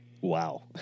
Wow